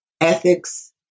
ethics